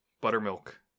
buttermilk